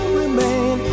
remain